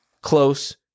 close